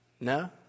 No